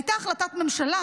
הייתה החלטת ממשלה,